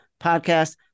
podcast